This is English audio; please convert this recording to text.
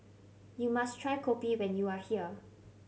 you must try kopi when you are here